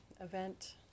event